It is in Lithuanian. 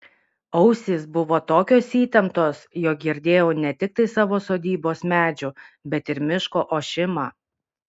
ausys buvo tokios įtemptos jog girdėjau ne tiktai savo sodybos medžių bet ir miško ošimą